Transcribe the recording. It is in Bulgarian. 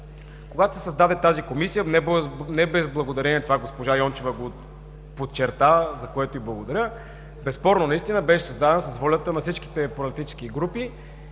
Когато се създаде тази Комисия – това госпожа Йончева го подчерта, за което й благодаря, безспорно наистина беше създадена с волята на всички политически групи